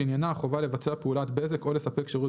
שעניינה החובה לבצע פעולת בזק או לספק שירות